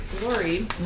glory